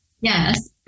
Yes